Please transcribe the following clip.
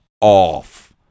off